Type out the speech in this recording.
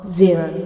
zero